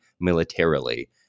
militarily